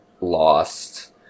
lost